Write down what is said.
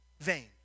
vain